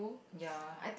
ya